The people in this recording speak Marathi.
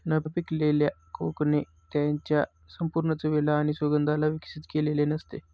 न पिकलेल्या कोकणे त्याच्या संपूर्ण चवीला आणि सुगंधाला विकसित केलेले नसते